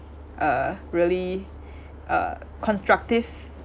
a really uh constructive